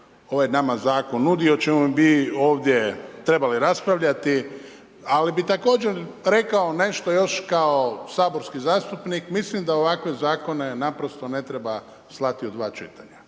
ovaj nama zakon nudi i o čemu bi ovdje trebali raspravljati, ali bih također rekao nešto još kao saborski zastupnik, mislim da ovakve zakone naprosto ne treba slati u dva čitanja.